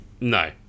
No